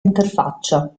interfaccia